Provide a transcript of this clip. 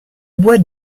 bois